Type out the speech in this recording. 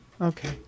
Okay